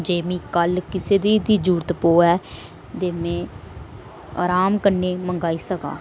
जे मी कल कुसै दी बी जरूरत पवै ते में आराम कन्नै मंगवाई सकां